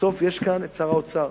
בסוף יש כאן שר האוצר